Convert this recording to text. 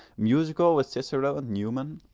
musical with cicero and newman,